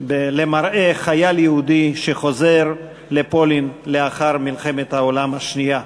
למראה חייל יהודי שחוזר לפולין לאחר מלחמת העולם השנייה.